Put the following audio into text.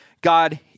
God